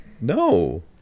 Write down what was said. No